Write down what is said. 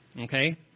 Okay